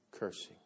cursing